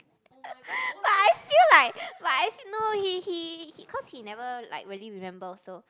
but I feel like but I feel no he he he cause he never like really remember also